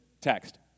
text